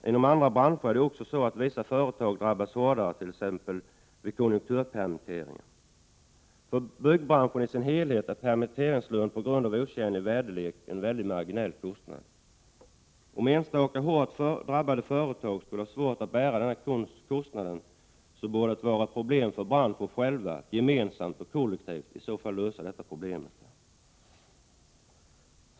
Inom aridra branscher drabbas vissa företag också hårdare än andra vid konjunkturpermitteringar. För byggbranschen i dess helhet är permitteringslön på grund av otjänlig väderlek en marginell kostnad. Om enstaka hårt drabbade företag skulle ha svårt att bära denna kostnad så borde det vara ett problem för branschen själv att gemensamt och kollektivt lösa i så fall.